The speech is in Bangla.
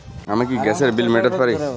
আমি কি গ্যাসের বিল মেটাতে পারি?